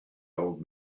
old